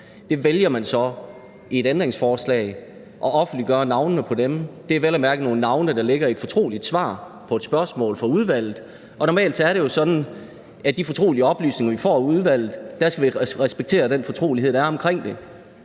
Man vælger så i et ændringsforslag at offentliggøre navnene på dem, og det er vel at mærke nogle navne, der ligger i et fortroligt svar på et spørgsmål fra udvalget, og normalt er det jo sådan, at når det gælder de fortrolige oplysninger, vi får af udvalget, så skal vi respektere den fortrolighed, der er om det.